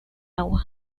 agua